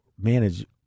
manage